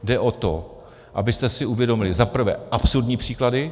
Jde o to, abyste si uvědomili za prvé absurdní příklady.